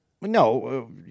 No